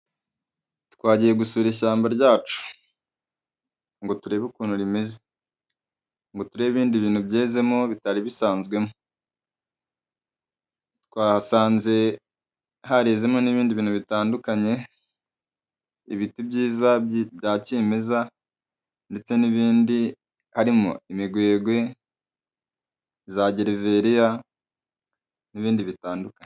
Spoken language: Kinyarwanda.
Twagiye gusura ishyamba ryacu ngo turebe ukuntu rimeze ngo turebe ibindi bintu byezemo bitari bisanzwemo, twasanze harezemo n'ibindi bintu bitandukanye ibiti byiza bya kimeza ndetse n'ibindi harimo imigwegwe za geriveriya n'ibindi bitandukanye.